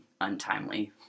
untimely